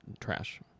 trash